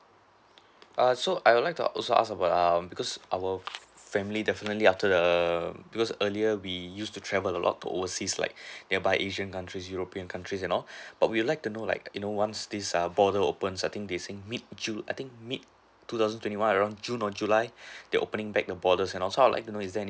err so I would like to also ask about um because our family definitely after the because earlier we used to travel a lot to overseas like nearby asian countries european countries and all but we would like to know like in err once this err border opens I think they're saying mid june I think mid two thousand twenty one around june or july they'll opening back the borders you know so I would like to know is there's any